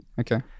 Okay